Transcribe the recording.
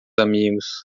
amigos